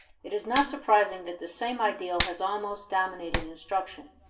it is not surprising that the same ideal has almost dominated instruction.